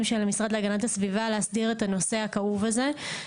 של המשרד להגנת הסביבה להסדיר את הנושא הכאוב הזה.